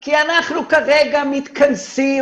כי אנחנו כרגע מתכנסים,